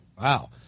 Wow